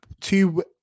two